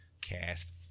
cast